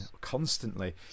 constantly